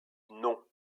non